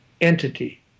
entity